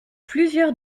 plusieurs